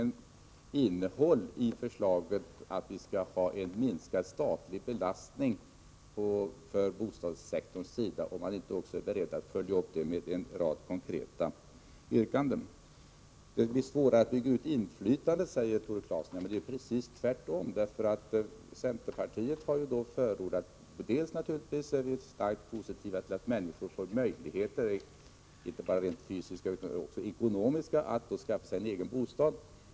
Ett förslag om en minskning av bostadssektorns belastning på de statliga utgifterna har inget reellt innehåll, om man inte också är beredd att följa upp det med en rad konkreta yrkanden. Det blir under sådana förhållanden svårare att bygga ut boendeinflytandet, säger Tore Claeson. Det förhåller sig dock precis tvärtom. Vi i centerpartiet är starkt positiva till att människor får inte bara fysiska utan också rent ekonomiska möjligheter att skaffa sig en egen bostad.